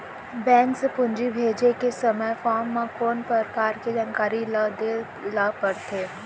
Bank से पूंजी भेजे के समय फॉर्म म कौन परकार के जानकारी ल दे ला पड़थे?